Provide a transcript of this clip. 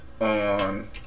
on